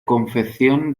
confección